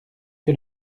que